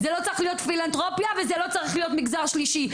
זה לא צריך להיות פילנתרופיה וזה לא צריך להיות מגזר שלישי.